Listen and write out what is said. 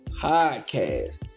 podcast